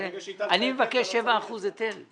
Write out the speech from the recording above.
אני מבקש 7% היטל.